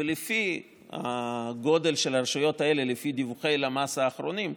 ולפי הגודל של הרשויות האלה לפי דיווחי למ"ס האחרונים,